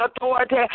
authority